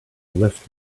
lift